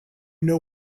know